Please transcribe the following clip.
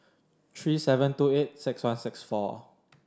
three seven two eight six one six four